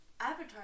Avatar